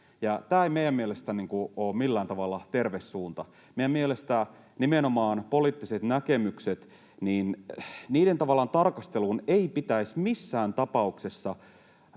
tämä ei meidän mielestämme ole millään tavalla terve suunta. Meidän mielestämme nimenomaan poliittisten näkemysten tarkasteluun ei pitäisi missään tapauksessa